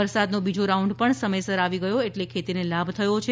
વરસાદનો બીજો રાઉન્ડ પણ સમયસર આવી ગયો એટ઼લે ખેતીને લાભ થયો છે